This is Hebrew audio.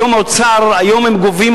היום הם גובים,